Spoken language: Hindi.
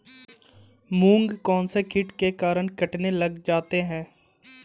मूंग कौनसे कीट के कारण कटने लग जाते हैं?